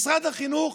משרד החינוך,